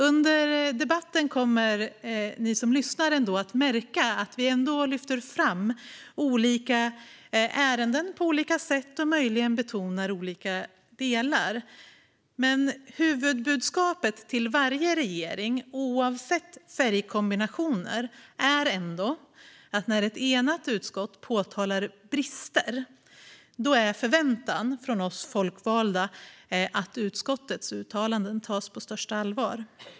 Under debatten kommer ni som lyssnar att märka att vi ändå lyfter fram olika ärenden på olika sätt och möjligen betonar olika delar. Men huvudbudskapet till varje regering, oavsett färgkombination, är: När ett enigt utskott påtalar brister är förväntan från oss folkvalda att utskottets uttalanden ska tas på största allvar.